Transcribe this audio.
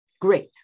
great